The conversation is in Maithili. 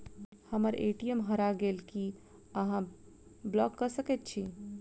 हम्मर ए.टी.एम हरा गेल की अहाँ ब्लॉक कऽ सकैत छी?